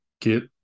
get